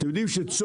אתם יודעים שצאן